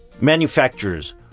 manufacturers